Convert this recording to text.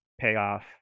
payoff